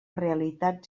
realitats